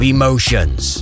emotions